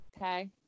Okay